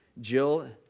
Jill